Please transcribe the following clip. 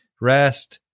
rest